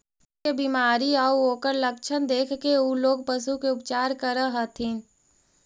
पशु के बीमारी आउ ओकर लक्षण देखके उ लोग पशु के उपचार करऽ हथिन